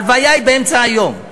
ההלוויה היא באמצע היום,